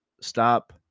stop